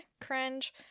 cringe